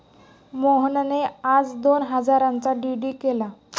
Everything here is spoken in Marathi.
मोहनने आज दोन हजारांचा डी.डी केला